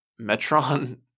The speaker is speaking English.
Metron